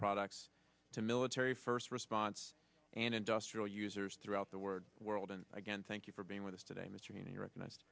products to military first response and industrial users throughout the word world and again thank you for being with us today mr cheney recognized